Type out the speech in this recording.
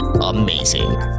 amazing